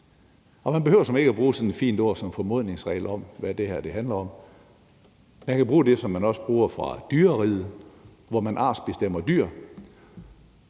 man behøver såmænd ikke bruge sådan et fint ord som formodningsregel om, hvad det her handler om. Man kan bruge det, som man også bruger om dyreriget, hvor man artsbestemmer dyr: